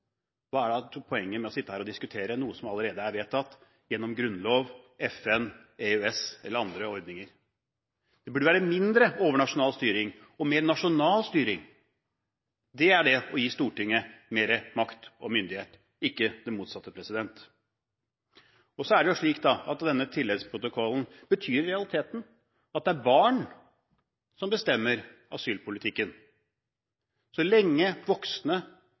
hva er da poenget med å sitte her og diskutere noe som allerede er vedtatt gjennom Grunnloven, FN, EØS eller andre ordninger? Det burde være mindre overnasjonal styring og mer nasjonal styring. Da er det å gi Stortinget mer makt og myndighet, ikke det motsatte. Denne tilleggsprotokollen betyr i realiteten at det er barn som bestemmer asylpolitikken, så lenge voksne